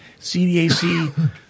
CDAC